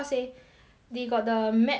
they got the map right then